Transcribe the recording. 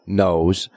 knows